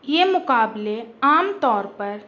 یہ مقابلے عام طور پر